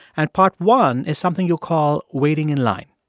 and part one is something you call waiting in line